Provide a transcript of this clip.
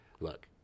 Look